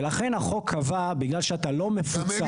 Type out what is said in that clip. ולכן, החוק קבע, בגלל שאתה לא מפוצל.